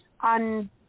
on